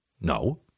No